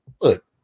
Look